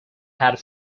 had